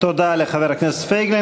תודה לחבר הכנסת פייגלין.